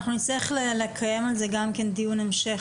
אנחנו נצטרך לקיים על זה גם כן דיון המשך,